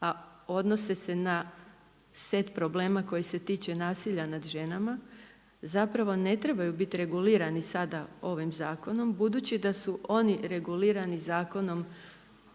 a odnose se na set problema koji se tiču nasilja nad ženama zapravo ne trebaju biti regulirani sada ovim zakonom budući da su oni regulirani Zakonom